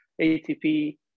ATP